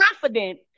confident